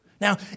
Now